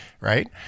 Right